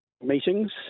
meetings